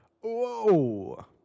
Whoa